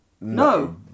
No